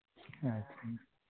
ᱟᱪᱪᱷᱟ